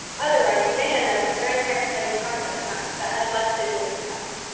otherwise you may end up with a very text-heavy concept map that has less visual impact.